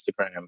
Instagram